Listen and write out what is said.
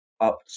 up